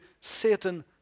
Satan